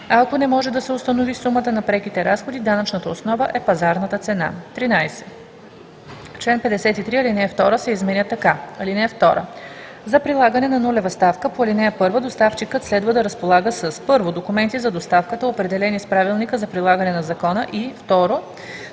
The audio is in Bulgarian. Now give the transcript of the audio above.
а ако не може да се установи сумата на преките разходи, данъчната основа е пазарната цена.“ 13. В чл. 53 ал. 2 се изменя така: „(2) За прилагане на нулева ставка по ал. 1 доставчикът следва да разполага със: 1. документи за доставката, определени с правилника за прилагане на закона, и 2.